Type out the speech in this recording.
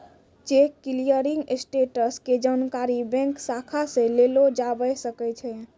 cheque clearing status के जानकारी bank शाखा से लेलो जाबै सकै छै